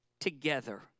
together